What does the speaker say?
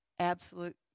Absolute